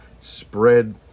spread